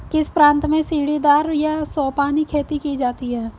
किस प्रांत में सीढ़ीदार या सोपानी खेती की जाती है?